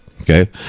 okay